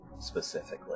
Specifically